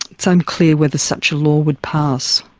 it's unclear whether such a law would pass.